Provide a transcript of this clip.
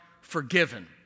forgiven